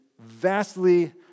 vastly